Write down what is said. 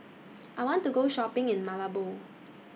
I want to Go Shopping in Malabo